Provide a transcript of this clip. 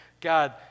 God